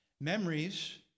Memories